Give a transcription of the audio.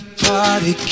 party